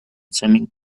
swimming